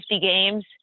games